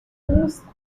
lose